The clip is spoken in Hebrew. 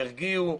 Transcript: הרגיעו,